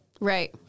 Right